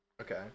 Okay